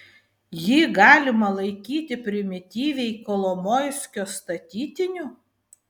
jį galima laikyti primityviai kolomoiskio statytiniu